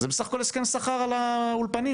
זה בסה"כ הסכם שכר על האולפנים.